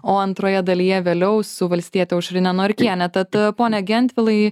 o antroje dalyje vėliau su valstiete aušrine norkiene tad pone gentvilai